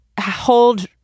hold